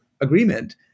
agreement